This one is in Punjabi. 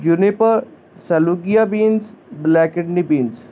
ਯੂਨੀਪ ਸੈਲੁਕੀਆ ਬੀਨਸ ਬਲੈਕ ਕਿਡਨੀ ਬੀਨਸ